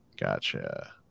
Gotcha